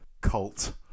cult